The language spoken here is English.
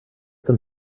some